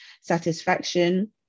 satisfaction